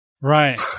Right